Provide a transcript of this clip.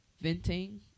venting